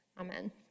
Amen